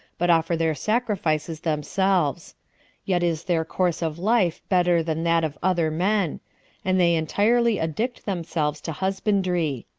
but offer their sacrifices themselves yet is their course of life better than that of other men and they entirely addict themselves to husbandry.